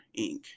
Inc